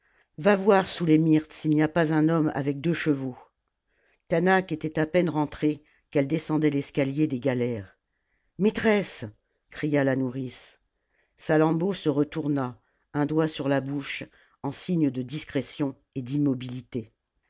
va voir sous les myrtes s'il n'y a pas un homme avec deux chevaux taanach était à peine rentrée qu'elle descendait l'escaher des galères maîtresse cria la nourrice salammbô se retourna un doigt sur la bouche en signe de discrétion et d'immobilité